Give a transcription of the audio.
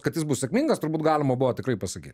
kad jis bus sėkmingas turbūt galima buvo tikrai pasaky